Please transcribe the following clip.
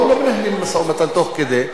לא מנהלים משא-ומתן תוך כדי.